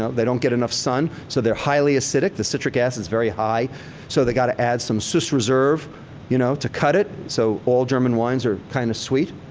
ah they don't get enough sun so they're highly acidic. the citric acid is very high so they gotta add some sussreserve you know to cut it. so, all german wines are kinda kind of sweet.